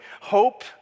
hope